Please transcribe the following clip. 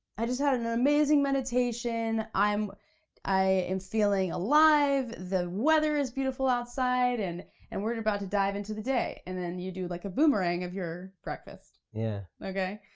i just had an amazing meditation, i am i am feeling alive, the weather is beautiful outside, and and we're about to dive into the day, and then you do like a boomerang of your breakfast. yeah. okay?